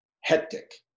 hectic